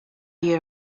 you